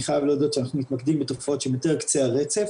אני חייב להודות שאנחנו מתמקדים בתופעות שהן יותר קצה הרצף,